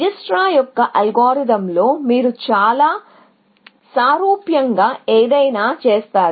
Dijkstra యొక్క అల్గోరిథంలో మీరు చాలా సారూప్యంగా ఏదైనా చేస్తారు